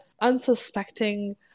unsuspecting